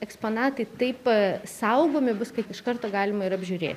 eksponatai taip saugomi bus kad iš karto galima ir apžiūrėti